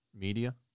Media